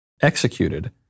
executed